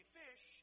fish